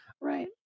Right